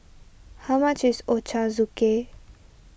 how much is Ochazuke